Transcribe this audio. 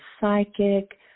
psychic